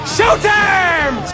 Showtime